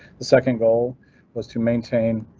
the second goal was to maintain.